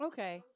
Okay